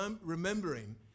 remembering